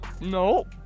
No